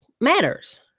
matters